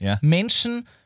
Menschen